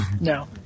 No